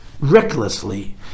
recklessly